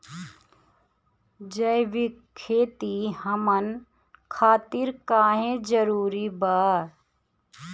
जैविक खेती हमन खातिर काहे जरूरी बा?